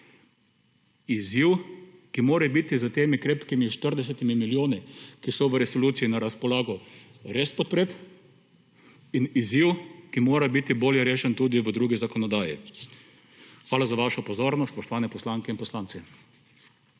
Izziv, ki mora biti s temi krepkimi 40 milijoni, ki so v resoluciji na razpolago, res podprt in izziv, ki mora biti bolje rešen tudi v drugi zakonodaji. Hvala za vašo pozornost, spoštovane poslanke in poslanci.